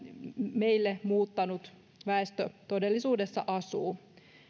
meille muuttanut väestö todellisuudessa asuu